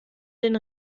den